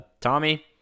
Tommy